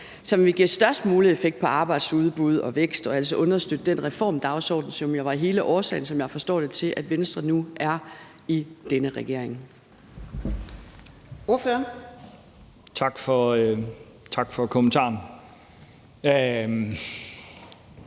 som vil give størst mulig effekt på arbejdsudbud og vækst og altså understøtte den reformdagsorden, som jo var hele årsagen, som jeg forstår det, til, at Venstre nu er i denne regering?